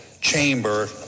chamber